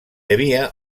havia